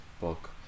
book